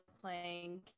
playing